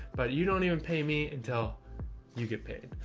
but you don't even pay me until you get paid.